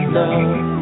love